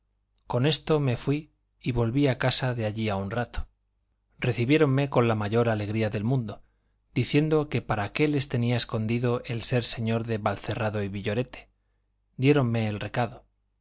con esto me fui y volví a casa de allí a un rato recibiéronme con la mayor alegría del mundo diciendo que para qué les tenía escondido el ser señor de valcerrado y villorete diéronme el recado